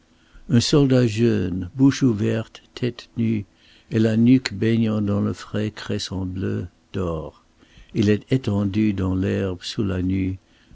un soldat jeune bouche ouverte tête nue et la nuque baignant dans le frais cresson bleu dort il est étendu dans l'herbe sous la nue